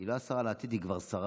היא לא השרה לעתיד, היא כבר שרה.